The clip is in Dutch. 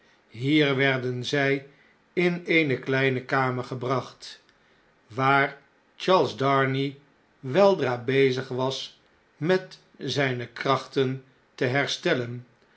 hier werden zij in eene kleine kamer gebracht waar charles darnay weldra bezig was met zijne krachten te herstellen